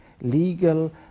legal